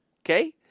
Okay